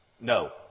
No